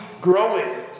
growing